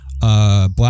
Black